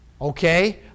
Okay